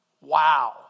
Wow